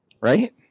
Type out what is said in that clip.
right